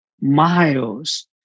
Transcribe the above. miles